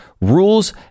Rules